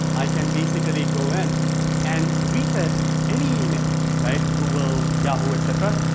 i can basically go in and reset any email right? google, yahoo, et cetera.